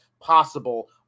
possible